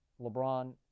LeBron